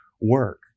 work